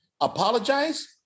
apologize